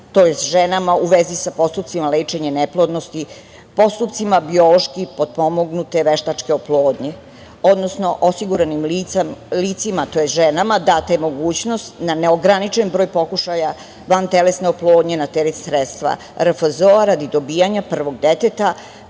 tj. ženama u vezi sa postupcima lečenja neplodnosti, postupcima biološki potpomognute veštačke oplodnje, odnosno osiguranim licima, tj. ženama data je mogućnost na neograničen broj pokušaja vantelesne oplodnje na teret sredstva RFZO-a radi dobijanja prvog deteta,